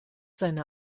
seine